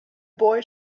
boy